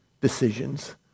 decisions